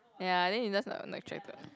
ya then he just not not attracted